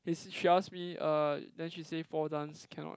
is she asks me uh then she say four dance cannot